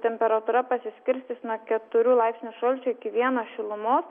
temperatūra pasiskirstys nuo keturių laipsnių šalčio iki vieno šilumos